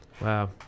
Wow